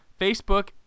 Facebook